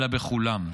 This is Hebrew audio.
אלא בכולם.